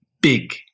big